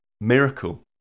miracle